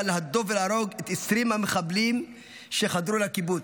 להדוף ולהרוג את 20 המחבלים שחדרו לקיבוץ.